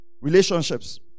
Relationships